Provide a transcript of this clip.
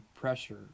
pressure